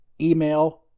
email